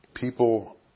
People